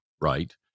right